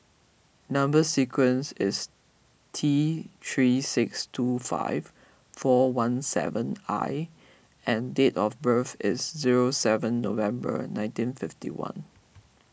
Number Sequence is T three six two five four one seven I and date of birth is zero seven November nineteen fifty one